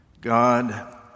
God